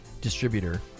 distributor